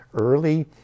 early